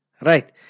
Right